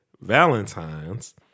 Valentine's